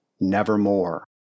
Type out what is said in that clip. nevermore